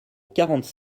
quarante